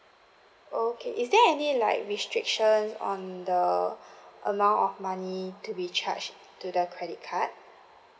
okay is there any like restrictions on the amount of money to be charged to the credit card